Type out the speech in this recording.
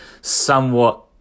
somewhat